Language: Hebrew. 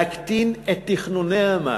להקטין את תכנוני המס.